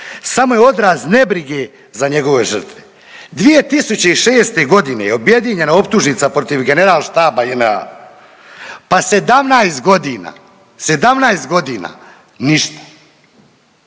samo je odraz nebrige za njegove žrtve. 2006.g. je objedinjena optužnica protiv generalštaba JNA, pa 17 godina, 17 godina ništa